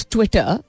Twitter